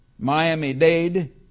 Miami-Dade